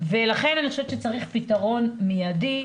לכן אני חושבת שצריך פתרון מיידי.